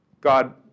God